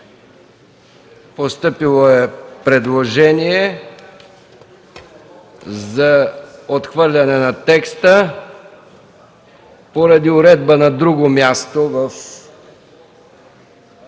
Постъпило е предложение за отхвърляне на текста поради уредба на друго място в